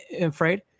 afraid